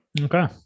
Okay